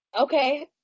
Okay